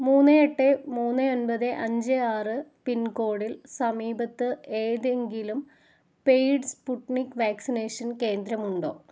മൂന്ന് എട്ട് മൂന്ന് ഒമ്പത് അഞ്ച് ആറ് പിൻ കോഡിൽ സമീപത്ത് ഏതെങ്കിലും പെയ്ഡ് സ്പുട്നിക് വാക്സിനേഷൻ കേന്ദ്രമുണ്ടോ